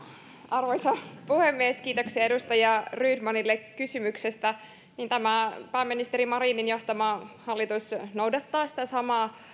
arvoisa puhemies kiitoksia edustaja rydmanille kysymyksestä tämä pääministeri marinin johtama hallitus noudattaa sitä samaa